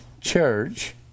church